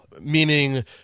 Meaning